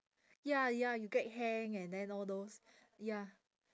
ya ya you get hang and then all those ya